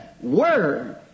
word